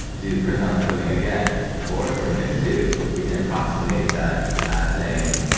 do per title encoding again for terminator two. we can approximate that saying,